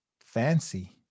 fancy